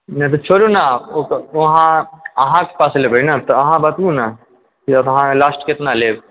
नहि तऽ छोरू ने अहाँ अहाॅंकेॅं पास लेबै ने तऽ अहाँ बतबू ने की लेब अहाँ लास्ट कितना लेब